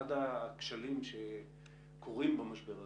אחד הכשלים שקורים במשבר הזה,